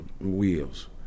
wheels